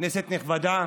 כנסת נכבדה,